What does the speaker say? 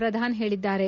ಪ್ರಧಾನ್ ಹೇಳಿದ್ದಾರೆ